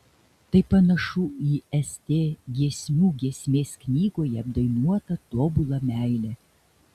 tai panašu į st giesmių giesmės knygoje apdainuotą tobulą meilę